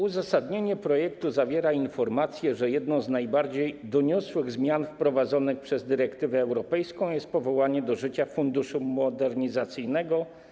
Uzasadnienie projektu zawiera informację, że jedną z najbardziej doniosłych zmian wprowadzanych przez dyrektywę europejską jest powołanie do życia Funduszu Modernizacyjnego.